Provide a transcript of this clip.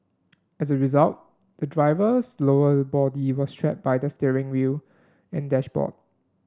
as a result the driver's lower body was trapped by the steering wheel and dashboard